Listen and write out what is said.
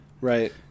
Right